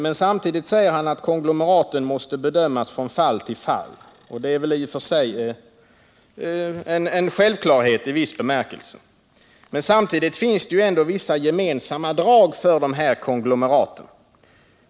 Men han säger också att konglomeraten måste bedömas från fall till fall, och det är väl i och för sig en självklarhet i viss bemärkelse. Samtidigt finns det ändå vissa gemensamma drag för dessa konglomerat.